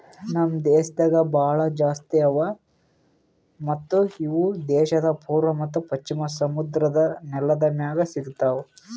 ನಮ್ ದೇಶದಾಗ್ ಭಾಳ ಜಾಸ್ತಿ ಅವಾ ಮತ್ತ ಇವು ದೇಶದ್ ಪೂರ್ವ ಮತ್ತ ಪಶ್ಚಿಮ ಸಮುದ್ರದ್ ನೆಲದ್ ಮ್ಯಾಗ್ ಸಿಗತಾವ್